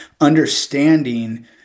understanding